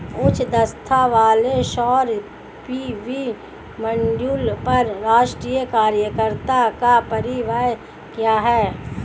उच्च दक्षता वाले सौर पी.वी मॉड्यूल पर राष्ट्रीय कार्यक्रम का परिव्यय क्या है?